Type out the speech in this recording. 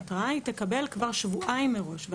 את ההתראה היא תקבל כבר שבועיים מראש.